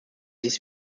dies